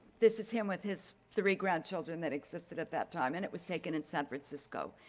this is him with his three grandchildren that existed at that time. and it was taken in san francisco,